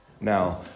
Now